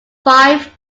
five